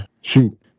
shoot